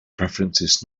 preferences